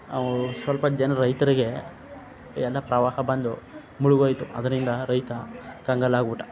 ಅವು ಸ್ವಲ್ಪ ಜನ ರೈತರಿಗೆ ಎಲ್ಲ ಪ್ರವಾಹ ಬಂದು ಮುಳುಗೋಯ್ತು ಅದರಿಂದ ರೈತ ಕಂಗಾಲಾಗ್ಬಿಟ್ಟ